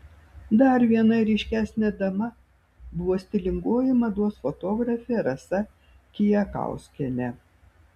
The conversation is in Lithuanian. dar viena ryškesnė dama buvo stilingoji mados fotografė rasa kijakauskienė